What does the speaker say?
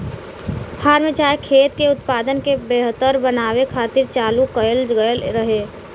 form चाहे खेत के उत्पादन के बेहतर बनावे खातिर चालू कएल गएल रहे